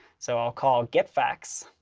so i'll call get facts.